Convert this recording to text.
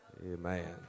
Amen